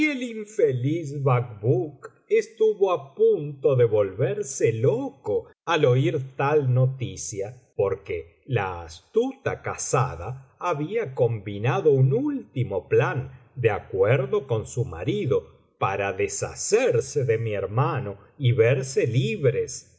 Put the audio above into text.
el infeliz bacbuk estuvo á punto de volverse loco al oir tal noticia porque la astuta casada había combinado un último plan de acuerdo con su marido para deshacerse de mi hermano y verse libres ella y